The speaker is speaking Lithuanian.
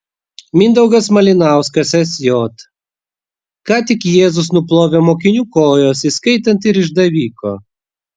mindaugas malinauskas sj ką tik jėzus nuplovė mokinių kojas įskaitant ir išdaviko